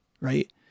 Right